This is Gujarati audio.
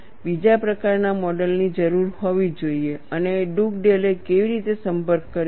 બીજા પ્રકારના મોડલ ની જરૂર હોવી જોઈએ અને ડુગડેલે કેવી રીતે સંપર્ક કર્યો છે